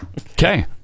Okay